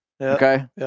okay